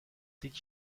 did